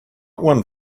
one